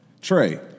Trey